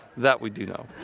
that we do know.